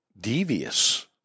devious